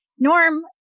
Norm